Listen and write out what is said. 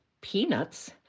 Peanuts